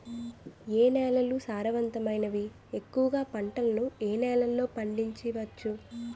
ఏ నేలలు సారవంతమైనవి? ఎక్కువ గా పంటలను ఏ నేలల్లో పండించ వచ్చు?